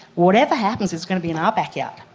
whatever happens it's going to be in our backyard,